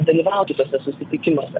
dalyvauti tuose susitikimuose